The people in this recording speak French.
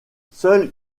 seuls